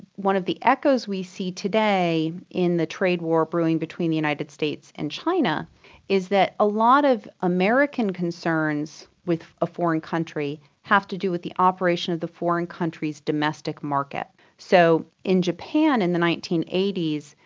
one of the echoes we see today in the trade war brewing between the united states and china is that a lot of american concerns with a foreign country have to do with the operation of the foreign country's domestic market. so in japan in the nineteen eighty s,